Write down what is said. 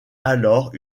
alors